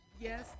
yes